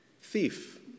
thief